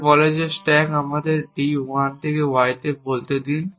যা বলে যে স্ট্যাক আমাদের d 1 থেকে y বলতে দিন